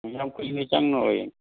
ꯌꯥꯝ ꯀꯨꯏꯅ ꯆꯪꯉꯣꯏꯌꯦ